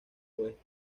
oeste